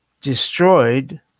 Destroyed